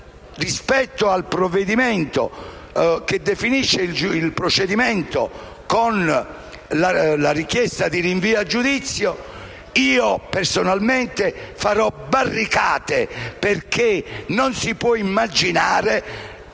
rispetto al provvedimento che definisce il procedimento con la richiesta di rinvio a giudizio, io personalmente farò barricate. Perché non si può immaginare